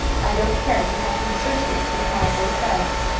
i don't care to have him associate with my boy clarence.